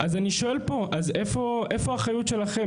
אז אני שואל פה, איפה האחריות שלכם?